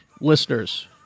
listeners